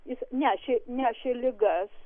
jis nešė nešė ligas